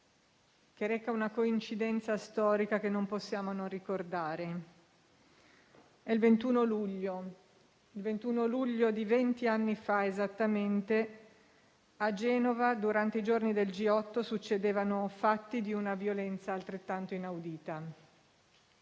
oggi reca una coincidenza storica, che non possiamo non ricordare. È il 21 luglio e in questa stessa data di venti anni fa, esattamente a Genova, durante i giorni del G8, succedevano fatti di una violenza altrettanto inaudita.